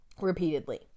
repeatedly